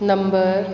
number